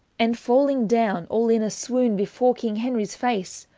and falling downe all in a swoone before king henryes face,